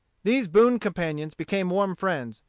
these boon companions became warm friends,